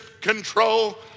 control